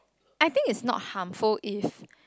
I think it's not harmful if